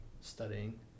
studying